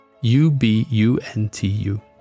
U-B-U-N-T-U